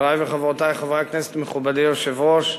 מכובדי היושב-ראש,